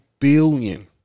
billion